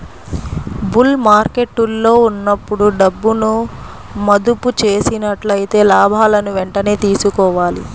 bull మార్కెట్టులో ఉన్నప్పుడు డబ్బును మదుపు చేసినట్లయితే లాభాలను వెంటనే తీసుకోవాలి